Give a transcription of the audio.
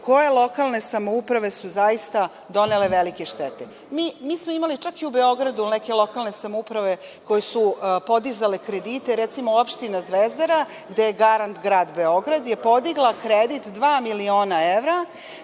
koje lokalne samouprave su zaista donele veliku štetu. Imali smo čak i u Beogradu neke lokalne samouprave koje su podizale kredite, recimo opština Zvezdara gde je garant grad Beograd podigla je kredit dva miliona evra